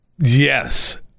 Yes